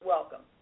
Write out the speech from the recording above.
Welcome